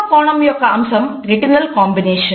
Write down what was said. అయిదవ కోణం యొక్క అంశం రెటినల్ కాంబినేషన్